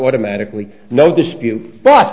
automatically no dispute but